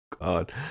God